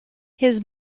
his